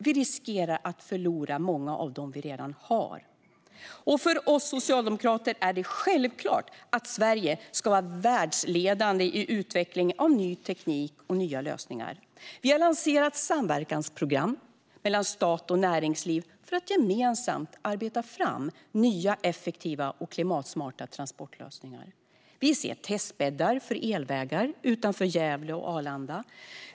Vi riskerar att förlora många av de jobb vi redan har. För oss socialdemokrater är det självklart att Sverige ska vara världsledande i utvecklingen av ny teknik och nya lösningar. Vi har lanserat samverkansprogram mellan stat och näringsliv för att gemensamt arbeta fram nya effektiva och klimatsmarta transportlösningar. Vi ser testbäddar för elvägar utanför Gävle och Arlanda.